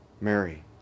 Mary